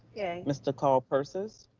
mr. carl persis?